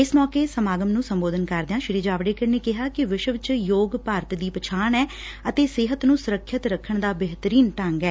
ਇਸ ਮੌਕੇ ਸਮਾਗਮ ਨੂੰ ਸੰਬੋਧਨ ਕਰਦਿਆਂ ਸ੍ਰੀ ਜਾਵੜੇਕਰ ਨੇ ਕਿਹਾ ਕਿ ਵਿਸ਼ਵ ਚ ਯੋਗ ਭਾਰਤ ਦੀ ਪਛਾਣ ਐ ਅਤੇ ਸਿਹਤ ਨੂੰ ਸੁਰੱਖਿਅਤ ਰੱਖਣ ਦਾ ਬੇਹਤਰੀਨ ਢੰਗ ਐ